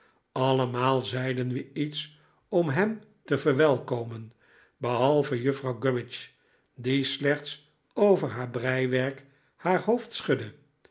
allemaal zeiden we iets om hem te verwelkomen behalve juffrouw gummidge die slechts over haar breiwerk haar hoofd schudde